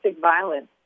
violence